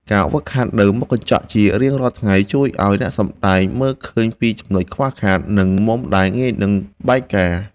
ការហ្វឹកហាត់នៅមុខកញ្ចក់ជារៀងរាល់ថ្ងៃជួយឱ្យអ្នកសម្តែងមើលឃើញពីចំណុចខ្វះខាត និង មុំដែលងាយនឹងបែកការណ៍។